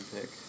pick